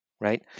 right